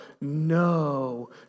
no